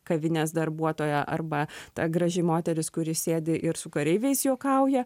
kavinės darbuotoja arba ta graži moteris kuri sėdi ir su kareiviais juokauja